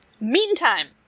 Meantime